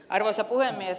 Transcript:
arvoisa puhemies